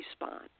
respond